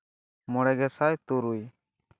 ᱢᱚᱬᱮ ᱜᱮᱥᱟᱭ ᱛᱩᱨᱩᱭ